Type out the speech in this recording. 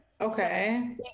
okay